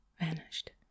vanished